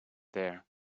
there